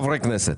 חברי הכנסת,